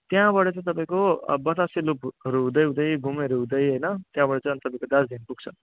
त्यहाँबाट चाहिँ तपाईँको बतासे लुपहरू हुँदै हुँदै घुमहरू हुँदै हैन त्यहाँबाट चाहिँ अनि तपाईँको दार्जिलिङ पुग्छ